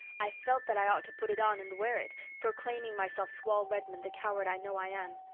i felt that i ought to put it on and wear it proclaiming myself to all redmond the coward i know i am.